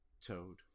toad